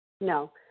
No